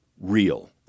real